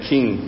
King